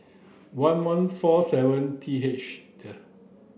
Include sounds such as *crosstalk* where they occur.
one one four seven T H *unintelligible*